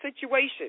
situation